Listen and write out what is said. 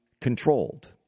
controlled